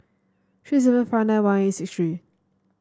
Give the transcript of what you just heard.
three seven five nine one eight six three